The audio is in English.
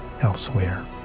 elsewhere